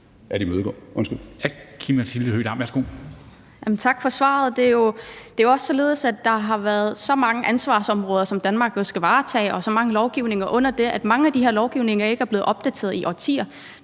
Tak for svaret. Det er jo også således, at der har været og er så mange ansvarsområder, som Danmark jo skal varetage, og så mange lovgivninger under dem, at mange af de her lovgivninger ikke er blevet opdateret i årtier.